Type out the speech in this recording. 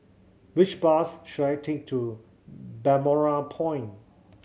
which bus should I take to Balmoral Point